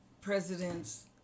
presidents